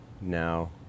now